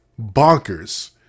bonkers